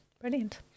brilliant